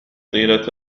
طيلة